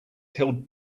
held